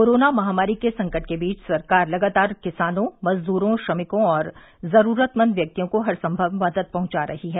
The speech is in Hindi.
कोरोना महामारी के संकट के बीच सरकार लगातार किसानों मजदूरों श्रमिकों और जरूरतमंद व्यक्तियों को हरसंभव मदद पहुंचा रही है